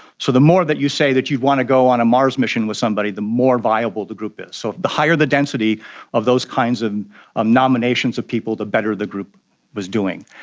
so the more that you say that you'd want to go on a mars mission with somebody, the more viable the group is. so the higher the density of those kinds of um nominations of people, the better the group was doing.